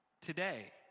today